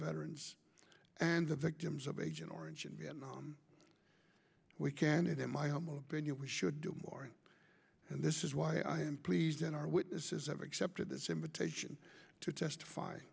veterans and the victims of agent orange in vietnam we can and in my humble opinion we should do more and this is why i am pleased in our witnesses have accepted this invitation to testify